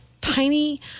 tiny